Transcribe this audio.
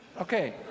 okay